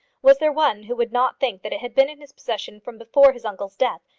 was there one who would not think that it had been in his possession from before his uncle's death,